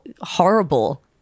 horrible